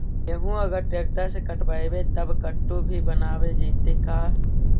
गेहूं अगर ट्रैक्टर से कटबइबै तब कटु भी बनाबे जितै का?